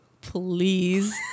please